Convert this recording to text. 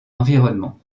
environnement